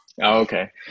Okay